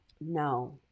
No